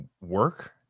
work